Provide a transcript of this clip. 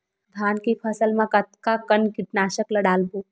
धान के फसल मा कतका कन कीटनाशक ला डलबो?